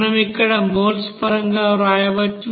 మనం ఇక్కడ మోల్స్ పరంగా వ్రాయవచ్చు